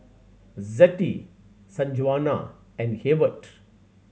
Zettie Sanjuana and Heyward